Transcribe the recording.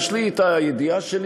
יש לי הידיעה שלי,